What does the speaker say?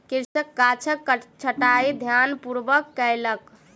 कृषक गाछक छंटाई ध्यानपूर्वक कयलक